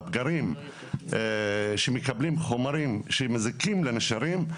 הפגרים שמקבלים חומרים שמזיקים לנשרים,